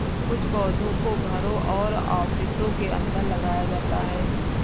कुछ पौधों को घरों और ऑफिसों के अंदर लगाया जाता है